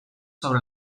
sobre